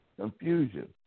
confusion